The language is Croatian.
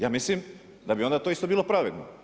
Ja mislim da bi onda to isto bilo pravedno.